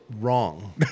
wrong